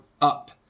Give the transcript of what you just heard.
up